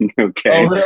Okay